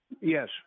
Yes